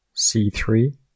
c3